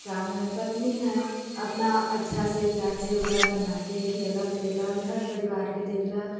काम हय पत्नी हय अपना अच्छा से प्यार से ओकरा बनाके खियेलक पियेलक घर परिवारके देखलक